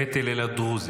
בית הלל הדרוזי.